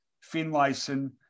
Finlayson